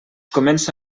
comença